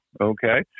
okay